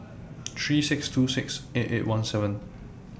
three six two six eight eight one seven